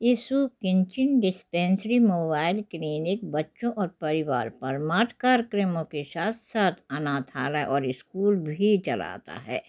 ये soup kitchen dispensary mobile clinic बच्चों और परिवार परमार्थ कार्यक्रमों के साथ साथ अनाथालय और इस्कूल भी चलाता है